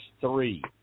three